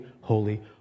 holy